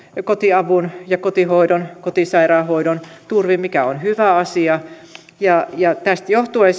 kotiavun ja kotisairaanhoidon turvin mikä on hyvä asia tästä johtuen